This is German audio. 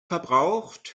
verbraucht